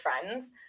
friends